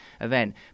event